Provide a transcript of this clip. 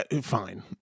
fine